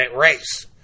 race